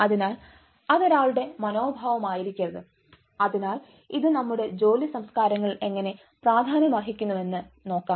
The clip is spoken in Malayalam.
അതിനാൽ അത് ഒരാളുടെ മനോഭാവമായിരിക്കരുത് അതിനാൽ ഇത് നമ്മുടെ ജോലി സംസ്കാരങ്ങളിൽ എങ്ങനെ പ്രാധാന്യമർഹിക്കുന്നുവെന്ന് നോക്കാം